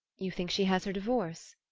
you think she has her divorce?